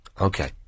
Okay